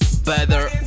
Better